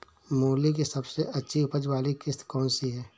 मूली की सबसे अच्छी उपज वाली किश्त कौन सी है?